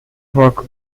work